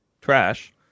trash